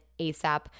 ASAP